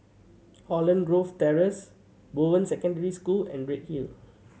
Holland Grove Terrace Bowen Secondary School and Redhill